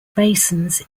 basins